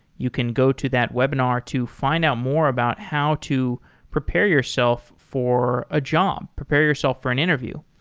you can go to that webinar to find out more about how to prepare yourself for a job, prepare yourself for an interview.